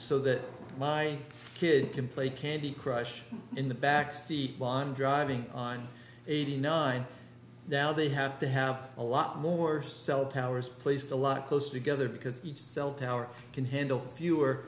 so that my kid can play candy crush in the back seat beyond driving on eighty nine now they have to have a lot more cell towers placed a lot closer together because each cell tower can handle fewer